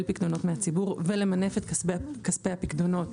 פיקדונות מהציבור ולמנף את כספי הפיקדונות.